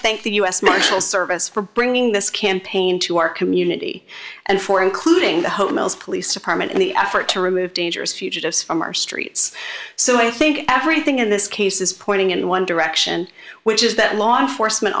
thank the u s marshal service for bringing this campaign to our community and for including the hotel's police department in the effort to remove dangerous fugitives from our streets so i think everything in this case is pointing in one direction which is that law enforcement